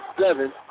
seven